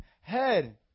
head